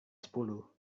sepuluh